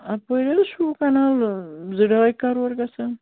اَپٲرۍ حظ چھُو کَنال زٕ ڈاے کَرور گژھان